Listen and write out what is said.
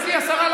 גברתי השרה,